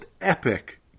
epic